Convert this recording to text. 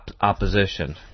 opposition